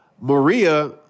Maria